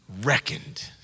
reckoned